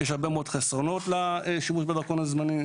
יש הרבה מאוד חסרונות לשימוש בדרכון הזמני,